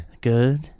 Good